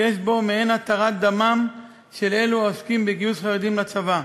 שיש בו מעין התרת דמם של אלו העוסקים בגיוס חרדים לצבא.